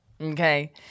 Okay